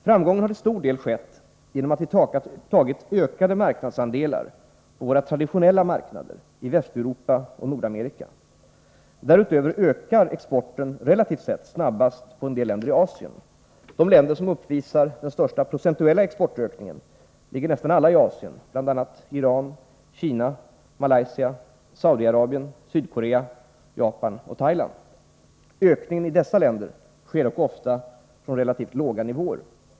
Framgången har till stor del skett på grund av att vi tagit ökade marknadsandelar på våra traditionella marknader i Västeuropa och Nordamerika. Därutöver ökar exporten relativt sett snabbast på en del länder i Asien. De länder som uppvisar den största procentuella exportökningen ligger nästan alla i Asien — bl.a. Iran, Kina, Malaysia, Saudiarabien, Sydkorea, Japan och Thailand. Ökningen i dessa länder sker dock ofta från relativt låga nivåer.